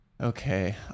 Okay